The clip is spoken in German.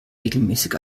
regelmäßig